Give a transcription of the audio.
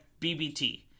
BBT